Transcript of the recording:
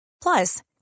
Plus